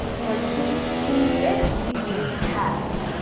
for he, she, it, we use has.